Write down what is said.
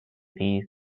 these